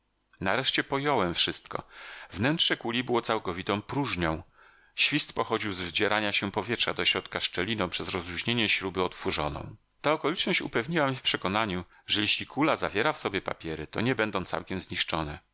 nareszcie pojąłem wszystko wnętrze kuli było całkowitą próżnią świst pochodził z wdzierania się powietrza do środka szczeliną przez rozluźnienie śruby utworzoną ta okoliczność upewniła mnie w przekonaniu że jeśli kula zawiera w sobie papiery to nie będą całkiem zniszczone